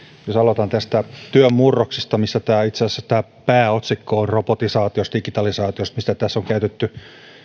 jos aloitan tästä työn murroksesta mistä itse asiassa tämä pääotsikko onkin ja robotisaatiosta ja digitalisaatiosta mistä tässä on käytetty